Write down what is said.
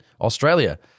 Australia